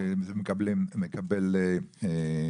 מקבל פיצויים,